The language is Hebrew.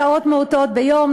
שעות מועטות ביום,